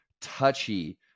touchy